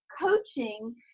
coaching